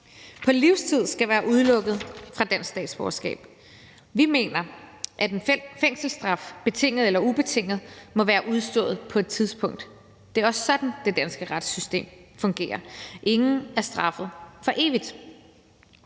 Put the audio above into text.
på livstid skal være udelukket fra at få dansk statsborgerskab. Vi mener, at en fængselsstraf, betinget eller ubetinget, må være udstået på et tidspunkt. Det er også sådan, det danske retssystem fungerer: Ingen er straffet for evigt.